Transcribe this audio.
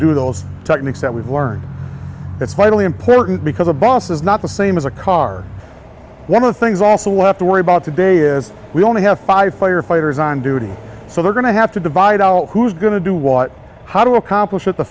do those techniques that we've learned it's vitally important because abbas is not the same as a car one of the things also we have to worry about today is we only have five firefighters on duty so they're going to have to divide out who's going to do what how do you accomplish it the